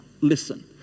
listen